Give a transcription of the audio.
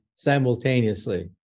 simultaneously